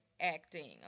acting